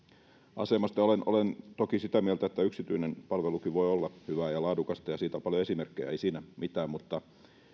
asemasta olen toki sitä mieltä että yksityinen palvelukin voi olla hyvää ja laadukasta ja siitä on paljon esimerkkejä ei siinä mitään mutta